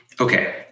Okay